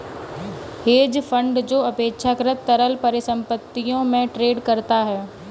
hedge fund जो अपेक्षाकृत तरल परिसंपत्तियों में ट्रेड करता है